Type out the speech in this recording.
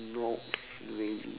not really